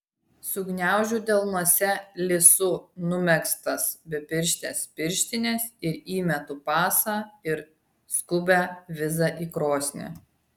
sugniaužiu delnuose lisu numegztas bepirštes pirštines ir įmetu pasą ir skubią vizą į krosnį